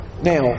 Now